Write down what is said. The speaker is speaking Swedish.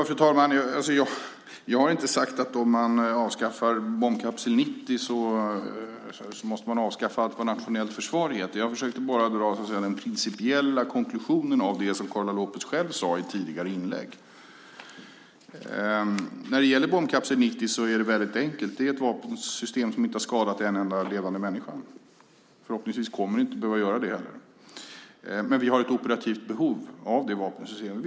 Fru talman! Jag har inte sagt att man, om man avskaffar Bombkapsel 90, måste avskaffa allt vad nationellt försvar heter. Jag försökte bara, så att säga, dra den principiella konklusionen av det som Karla López själv sade i tidigare inlägg. När det gäller Bombkapsel 90 är det väldigt enkelt. Det är ett vapensystem som inte har skadat en enda levande människa. Förhoppningsvis kommer det inte heller att behöva göra det, men vi har ett operativt behov av det vapensystemet.